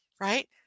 right